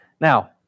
Now